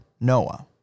Noah